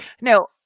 No